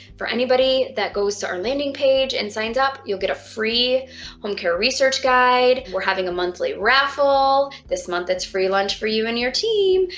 for anybody that goes to our landing page and signs up, you'll get a free home care research guide. we're having a monthly raffle. this month, it's free lunch for you and your team,